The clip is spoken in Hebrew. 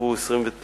נפתחו 29